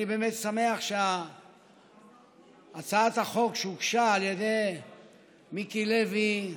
אני באמת שמח שהצעת החוק, שהוגשה על ידי מיקי לוי,